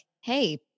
hey